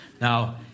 Now